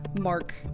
mark